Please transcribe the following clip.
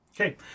Okay